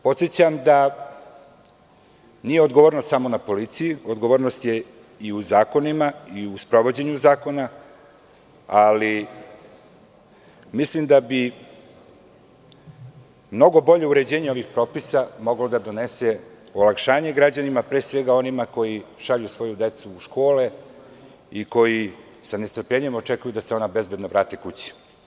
Podsećam da nije odgovornost samo na policiji, odgovornost je i u zakonima i u sprovođenju zakona, ali mislim da bi mnogo bolje uređenje ovih propisa moglo da donese olakšanje građanima, pre svega onima koji šalju svoju decu u škole i koji sa nestrpljenjem očekuju da se ona bezbedno vrate kući.